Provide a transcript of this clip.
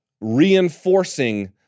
reinforcing